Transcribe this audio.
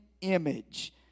image